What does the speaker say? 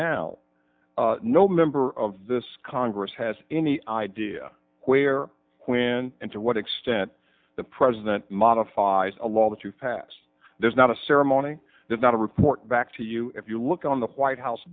now no member of this congress has any idea where when and to what extent the president modifies a law that you pass there's not a ceremony there's not a report back to you if you look on the white house